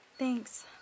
Thanks